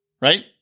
right